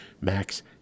Max